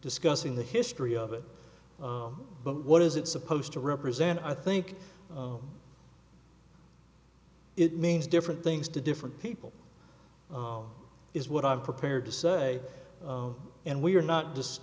discussing the history of it but what is it supposed to represent i think it means different things to different people is what i'm prepared to say and we're not just